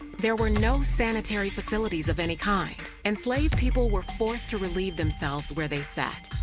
there were no sanitary facilities of any kind. enslaved people were forced to relieve themselves where they sat,